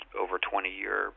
over-20-year